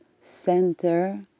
center